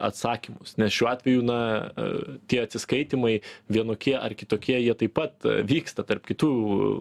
atsakymus nes šiuo atveju na tie atsiskaitymai vienokie ar kitokie jie taip pat vyksta tarp kitų